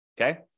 Okay